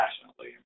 passionately